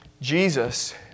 Jesus